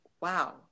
wow